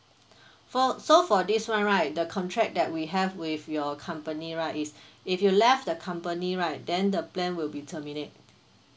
for so for this [one] right the contract that we have with your company right is if you left the company right then the plan will be terminate